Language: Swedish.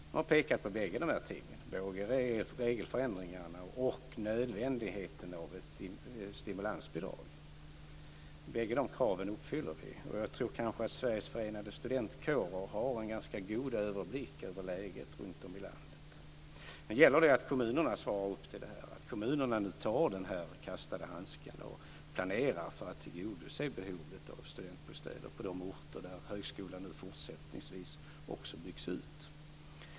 Man har pekat på båda de här sakerna; både regelförändringarna och nödvändigheten av ett stimulansbidrag. Båda de kraven uppfyller vi. Jag tror kanske att Sveriges förenade studentkårer har en ganska god överblick över läget runtom i landet. Nu gäller det att kommunerna svarar upp mot det här, att kommunerna tar den kastade handsken och planerar för att tillgodose behovet av studentbostäder på de orter där högskolan nu fortsättningsvis också byggs ut.